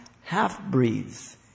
half-breeds